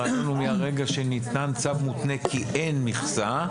הרעיון הוא מהרגע שניתן צו מותנה כי אין מכסה,